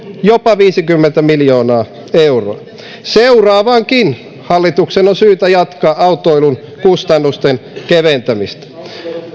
jopa viisikymmentä miljoonaa euroa seuraavankin hallituksen on syytä jatkaa autoilun kustannusten keventämistä